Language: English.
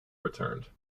returned